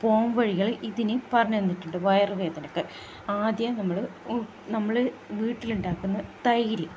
പോംവഴികൾ ഇതിന് പറഞ്ഞു തന്നിട്ടുണ്ട് വയറു വേദനയ്ക്ക് ആദ്യം നമ്മൾ നമ്മൾ വീട്ടിലുണ്ടാക്കുന്ന തൈര്